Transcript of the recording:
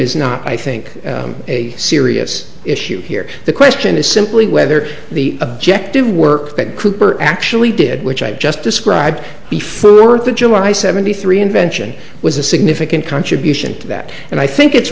is not i think a serious issue here the question is simply whether the objective work that cooper actually did which i just described the flu or the july seventy three invention was a significant contribution to that and i think it's